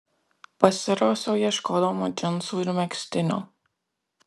pasirausiau ieškodama džinsų ir megztinio